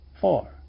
Four